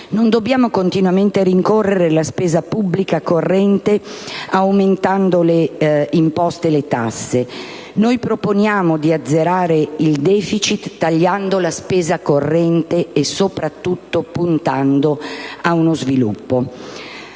Non dobbiamo continuamente rincorrere la spesa pubblica corrente aumentando le imposte e le tasse. Proponiamo di azzerare il *deficit* tagliando la spesa corrente e soprattutto puntando allo sviluppo.